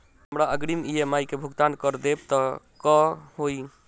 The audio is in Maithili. जँ हमरा अग्रिम ई.एम.आई केँ भुगतान करऽ देब तऽ कऽ होइ?